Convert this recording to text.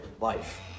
life